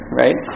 right